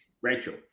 Rachel